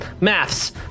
Maths